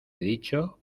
dicho